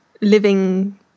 Living